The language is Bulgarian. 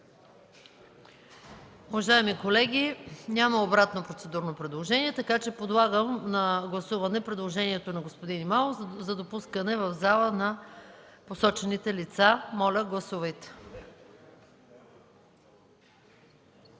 Уважаеми колеги, няма обратно процедурно предложение, така че подлагам на гласуване предложението на господин Имамов за допускане в залата на посочените лица. Моля, гласувайте.